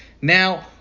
Now